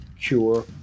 cure